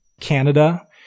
Canada